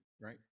right